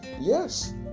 yes